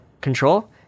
control